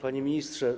Panie Ministrze!